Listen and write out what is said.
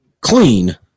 clean